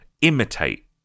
imitate